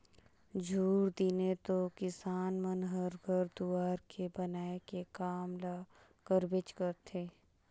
झूर दिने तो किसान मन हर घर दुवार के बनाए के काम ल करबेच करथे